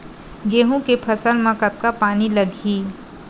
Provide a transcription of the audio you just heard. गेहूं के फसल म कतका पानी लगही?